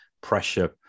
pressure